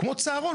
כמו צהרון,